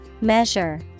Measure